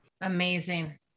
Amazing